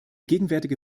gegenwärtige